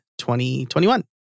2021